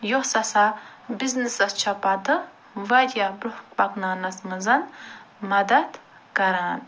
یۄس ہَسا بِزنیٚسَس چھِ پتہٕ وارِیاہ برٛۄنٛہہ پکناونَس منٛز مدد کران